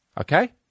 okay